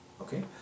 Okay